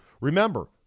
Remember